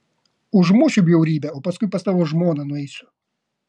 užmušiu bjaurybę o paskui pas tavo žmoną nueisiu